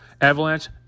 Avalanche